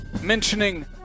mentioning